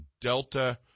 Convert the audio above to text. Delta